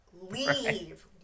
leave